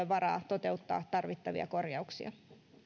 varaa toteuttaa tarvittavia korjauksia